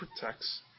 protects